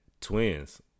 twins